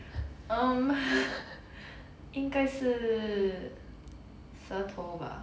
um 应该是舌头吧